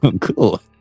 Cool